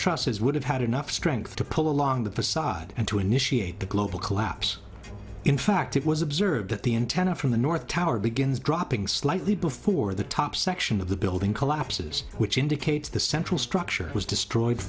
trusses would have had enough strength to pull along the facade and to initiate the global collapse in fact it was observed that the intent from the north tower begins dropping slightly before the top section of the building collapses which indicates the central structure was destroyed